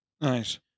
Nice